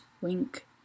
Wink